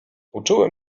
uczułem